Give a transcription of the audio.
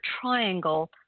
triangle